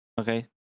Okay